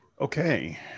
Okay